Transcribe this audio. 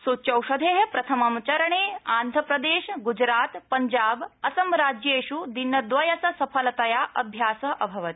सूच्यौषधे प्रथमचरणे आन्ध्र प्रदेश ग्जरात पंजाब असम राज्येष् दिनद्वयस्य सफलतया अभ्यास अभवत्